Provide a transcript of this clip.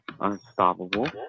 unstoppable